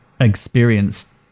experienced